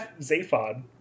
Zaphod